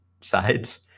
sides